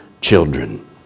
children